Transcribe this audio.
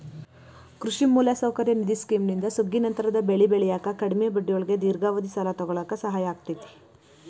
ಕೃಷಿ ಮೂಲಸೌಕರ್ಯ ನಿಧಿ ಸ್ಕಿಮ್ನಿಂದ ಸುಗ್ಗಿನಂತರದ ಬೆಳಿ ಬೆಳ್ಯಾಕ ಕಡಿಮಿ ಬಡ್ಡಿಯೊಳಗ ದೇರ್ಘಾವಧಿ ಸಾಲ ತೊಗೋಳಾಕ ಸಹಾಯ ಆಕ್ಕೆತಿ